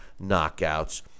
knockouts